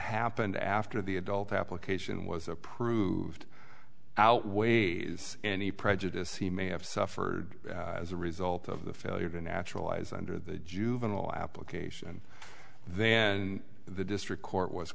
happened after the adult application was approved outweighs any prejudice he may have suffered as a result of the failure to naturalize under the juvenile application then the district court was